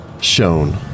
shown